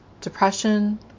depression